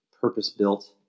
purpose-built